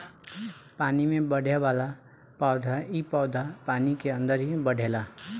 पानी में बढ़ेवाला पौधा इ पौधा पानी के अंदर ही बढ़ेला